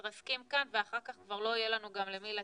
מתרסקים כאן ואחר כבר לא יהיה לנו גם למי לתת,